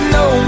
no